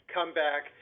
Comeback